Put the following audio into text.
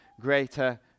greater